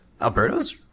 Alberto's